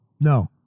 No